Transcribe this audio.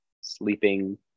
sleeping